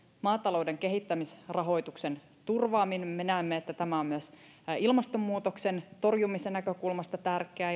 maatalouden kehittämisrahoituksen turvaaminen me näemme että tämä on myös ilmastonmuutoksen torjumisen näkökulmasta tärkeää